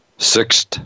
Sixth